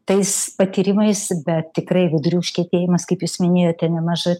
tais patyrimais bet tikrai vidurių užkietėjimas kaip jūs minėjote nemaža